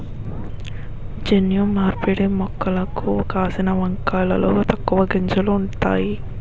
జన్యు మార్పిడి మొక్కలకు కాసిన వంకాయలలో తక్కువ గింజలు ఉంతాయి